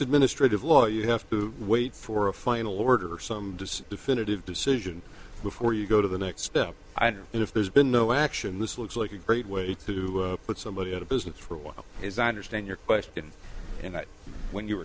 administrative law you have to wait for a final order or some definitive decision before you go to the next step and if there's been no action this looks like a great way to put somebody out of business for what is i understand your question in that when you were